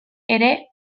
ere